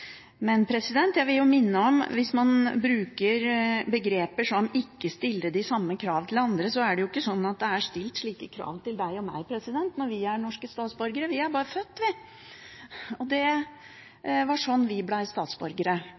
men jeg vil minne om hvis man bruker begreper som «ikke stille de samme kravene til andre», så er det jo ikke slik at det blir stilt de samme kravene til deg og meg – norske statsborgere. Vi er bare født, vi, og det var sånn vi ble statsborgere.